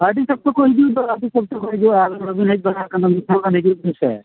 ᱟᱹᱰᱤ ᱥᱚᱠᱛᱚ ᱠᱚ ᱦᱤᱡᱩᱜ ᱫᱚ ᱟᱹᱰᱤ ᱥᱚᱠᱛᱚ ᱠᱚ ᱦᱤᱡᱩᱜᱼᱟ ᱟᱹᱵᱤᱱ ᱵᱟᱹᱵᱤᱱ ᱦᱮᱡ ᱵᱟᱲᱟ ᱠᱟᱱᱟ ᱢᱤᱫ ᱫᱷᱟᱣ ᱜᱟᱱ ᱦᱤᱡᱩᱜ ᱵᱤᱱ ᱥᱮ